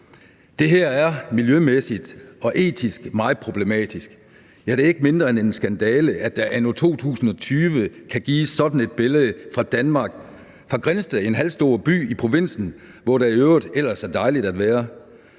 Det her er miljømæssigt og etisk meget problematisk – ja, det er ikke mindre end en skandale, at der anno 2020 kan gives sådan et billede af Danmark fra Grindsted, en halvstor by i provinsen, hvor der i øvrigt ellers er dejligt at være,